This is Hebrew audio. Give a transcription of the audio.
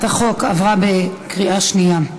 הצעת החוק התקבלה בקריאה שנייה.